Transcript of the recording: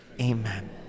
Amen